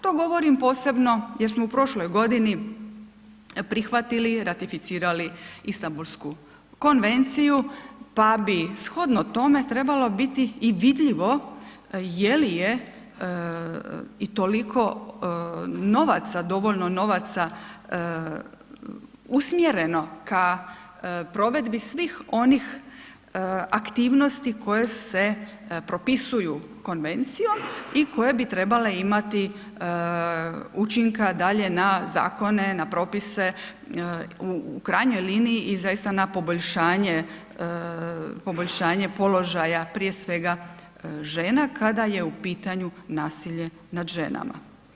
To govorim posebno jer smo u prošloj godini prihvatili i ratificirali Istambulsku konvenciju, pa bi shodno tome trebalo biti i vidljivo je li je i toliko novaca, dovoljno novaca usmjereno ka provedbi svih onih aktivnosti koje se propisuju Konvencijom, i koje bi trebale imati učinka dalje na Zakone, na propise, u krajnjoj liniji i zaista na poboljšanje, poboljšanje položaja prije svega žena, kada je u pitanju nasilje nad ženama.